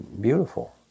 beautiful